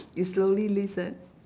you slowly list ah